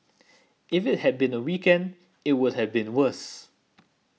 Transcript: if it had been a weekend it would have been worse